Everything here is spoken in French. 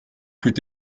fut